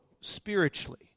spiritually